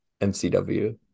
MCW